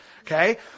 Okay